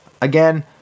again